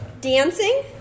Dancing